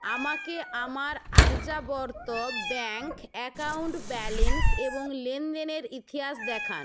আমাকে আমার Aryavart bank account balance এবং লেনদেনের ইতিহাস দেখান